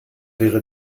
wäre